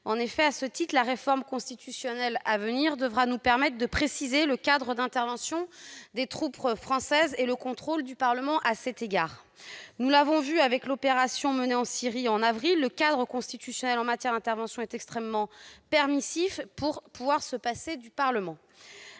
annuel. À ce titre, la réforme constitutionnelle à venir devra nous permettre de préciser le cadre d'intervention des troupes françaises et le contrôle du Parlement. Nous l'avons vu avec l'opération menée en Syrie en avril, le cadre constitutionnel en matière d'intervention est suffisamment permissif pour pouvoir se passer du Parlement.